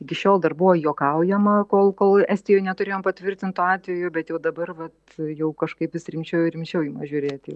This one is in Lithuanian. iki šiol dar buvo juokaujama kol kol estijoj neturėjom patvirtintų atvejų bet jau dabar vat jau kažkaip vis rimčiau ir rimčiau ima žiūrėti